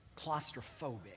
claustrophobic